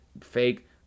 Fake